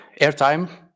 airtime